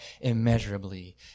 immeasurably